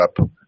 up